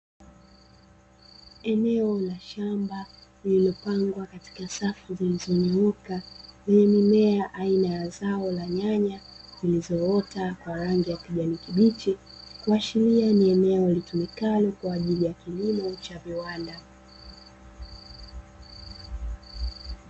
Eneo la shamba lililopangwa katika safu zilizonyooka, lenye mimea aina ya zao la nyanya zilizoota kwa rangi ya kijani kibichi, kuashiria ni eneo litumikalo kwa ajili ya kilimo cha viwanda.